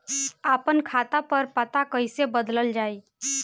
आपन खाता पर पता कईसे बदलल जाई?